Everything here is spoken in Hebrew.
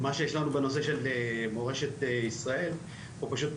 מה שיש לנו בנושא של מורשת ישראל, אנחנו פשוט